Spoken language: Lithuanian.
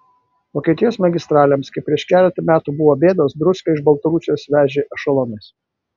vokietijos magistralėms kai prieš keletą metų buvo bėdos druską iš baltarusijos vežė ešelonais